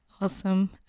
Awesome